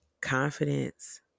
confidence